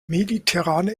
mediterrane